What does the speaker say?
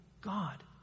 God